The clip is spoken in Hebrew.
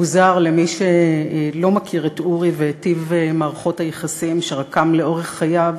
מוזר למי שלא מכיר את אורי ואת טיב מערכות היחסים שרקם לאורך חייו